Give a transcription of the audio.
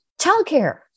Childcare